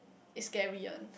it's scary one